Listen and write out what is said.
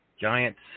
giants